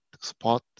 spot